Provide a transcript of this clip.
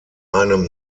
einem